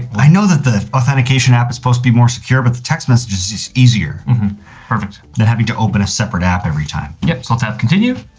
i know that the authentication app is supposed to be more secure, but the text message is is easier perfect than having to open a separate app every time. yes, let's tap continue.